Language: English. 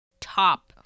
top